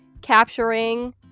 capturing